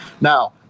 Now